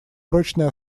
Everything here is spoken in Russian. прочной